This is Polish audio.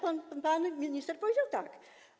Pan minister powiedział: tak.